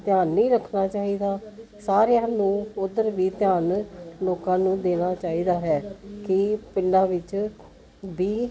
ਧਿਆਨ ਨਹੀਂ ਰੱਖਣਾ ਚਾਹੀਦਾ ਸਾਰਿਆਂ ਨੂੰ ਉੱਧਰ ਵੀ ਧਿਆਨ ਲੋਕਾਂ ਨੂੰ ਦੇਣਾ ਚਾਹੀਦਾ ਹੈ ਕਿ ਪਿੰਡਾਂ ਵਿੱਚ ਵੀ